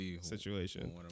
situation